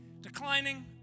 Declining